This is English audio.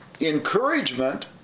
encouragement